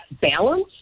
balance